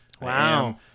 Wow